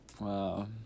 Wow